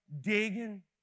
digging